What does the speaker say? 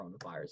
coronavirus